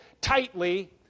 tightly